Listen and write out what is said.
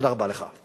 תודה רבה לך.